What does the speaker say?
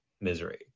misery